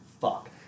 fuck